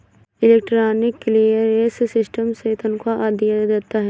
electronic clearance system से तनख्वा आदि दिया जाता है